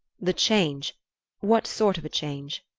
the change what sort of a change?